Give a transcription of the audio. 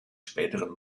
späteren